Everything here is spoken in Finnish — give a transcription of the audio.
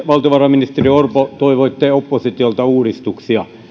valtiovarainministeri orpo toivoitte oppositiolta uudistuksia